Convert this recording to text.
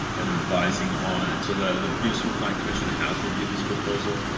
and advising on it so that the beautiful plan commission has reviewed this proposal.